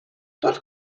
dort